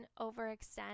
overextend